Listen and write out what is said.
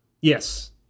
Yes